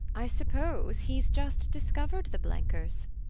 i suppose he's just discovered the blenkers.